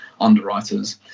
underwriters